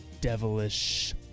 devilish